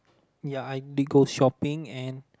ya I did go shopping and